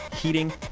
heating